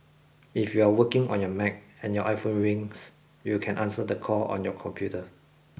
if you are working on your Mac and your iPhone rings you can answer the call on your computer